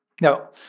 Now